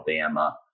Alabama